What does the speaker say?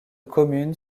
commune